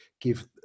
give